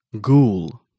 Ghoul